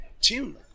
tune